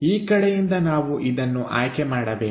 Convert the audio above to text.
ಈ ಕಡೆಯಿಂದ ನಾವು ಇದನ್ನು ಆಯ್ಕೆ ಮಾಡಬೇಕು